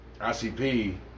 ICP